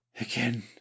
again